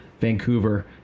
vancouver